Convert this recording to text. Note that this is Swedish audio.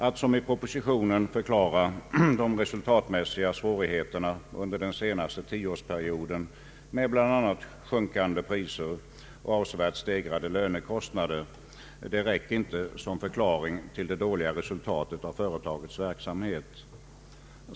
Att som i propositionen förklara de resultatmässiga svårigheterna under den senaste tioårsperioden med bl.a. sjunkande priser och avsevärt stegrade lönekostnader räcker inte som förklaring till det dåliga resultatet av företagets verksamhet.